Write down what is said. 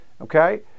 Okay